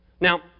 Now